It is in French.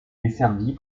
desservie